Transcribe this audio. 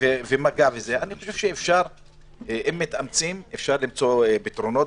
אני חושב שאם מתאמצים אפשר למצוא פתרונות.